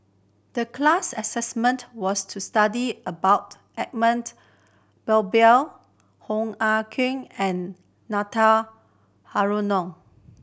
the class assignment was to study about Edmund Blundell Hoo Ah Kay and Nathan Hartono